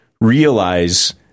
realize